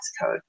code